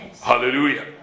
Hallelujah